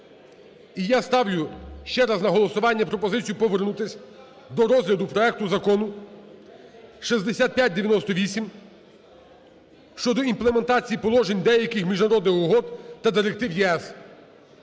я ставлю ще раз на голосування пропозицію повернутись до розгляду проекту Закону 6598 щодо імплементації положень деяких міжнародних угод та директив ЄС